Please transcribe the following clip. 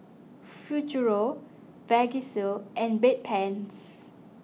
Futuro Vagisil and Bedpans